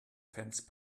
fence